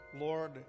Lord